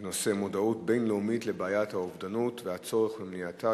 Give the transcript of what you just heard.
בנושא: מודעות בין-לאומית לבעיית האובדנות ולצורך במניעתה,